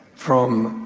from